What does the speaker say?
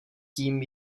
tím